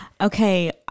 okay